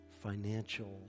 financial